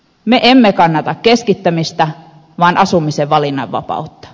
me emme kannata keskittämistä vaan asumisen valinnanvapautta